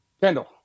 Kendall